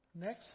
Next